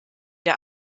der